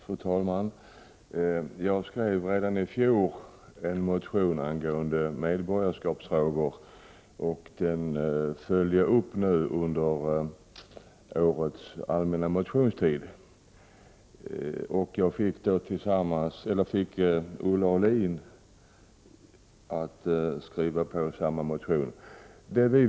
Fru talman! Jag skrev redanii fjol en motion angående medborgarskapsfrågor. Under årets motionsperiod följdes den motionen upp av ännu en motion. Jag fick även Olle Aulin att skriva på denna motion.